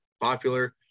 popular